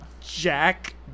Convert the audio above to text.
Jack